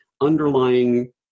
underlying